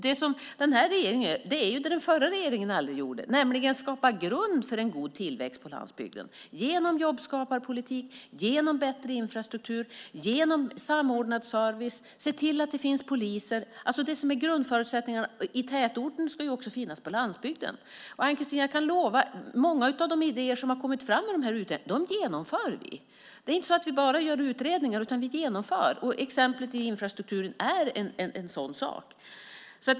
Den här regeringen gör det den förra regeringen aldrig gjorde, nämligen att skapa en grund för en god tillväxt på landsbygden genom jobbskaparpolitik, bättre infrastruktur och samordnad service. Vi ser till att det finns poliser. Det som är grundförutsättningarna i tätorten ska också finnas på landsbygden. Jag kan lova dig, Ann-Kristine, att vi genomför många av de idéer som har kommit fram i de här utredningarna. Vi gör inte bara utredningar, utan vi genomför. Exemplet inom infrastrukturen är en sådan sak.